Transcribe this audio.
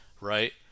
Right